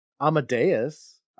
Amadeus